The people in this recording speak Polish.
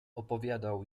opowiadał